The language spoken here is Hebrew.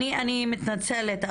אני מתנצלת,